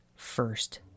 first